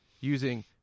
using